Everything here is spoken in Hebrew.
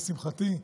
לשמחתי,